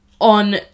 on